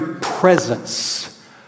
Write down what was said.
presence